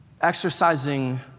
exercising